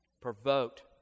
provoked